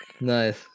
Nice